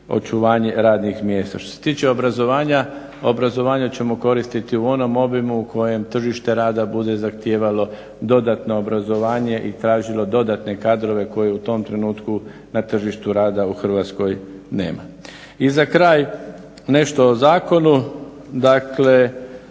očuvanje radnih mjesta. Što se tiče obrazovanja, obrazovanje ćemo koristiti u onom obimu u kojem tržište rada bude zahtijevalo dodatno obrazovanje i tražilo dodatne kadrove koje u tom trenutku na tržištu rada u Hrvatskoj nema. I za kraj nešto o zakonu, dakle